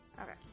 Okay